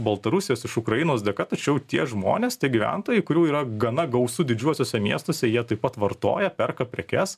baltarusijos iš ukrainos dėka tačiau tie žmonės tie gyventojai kurių yra gana gausu didžiuosiuose miestuose jie taip pat vartoja perka prekes